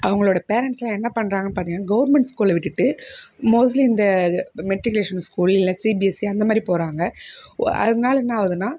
அவங்களோடய பேரன்ட்ஸ்லாம் என்ன பண்றாங்கன்னு பார்த்திங்கன்னா கவர்ன்மெண்ட் ஸ்கூலை விட்டுட்டு மோஸ்ட்லி இந்த மெட்ரிகுலேஷன் ஸ்கூல் இல்லைனா சிபிஎஸ்இ அந்தமாதிரி போகிறாங்க அதனால் என்ன ஆகுதுன்னா